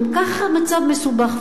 גם ככה המצב מסובך,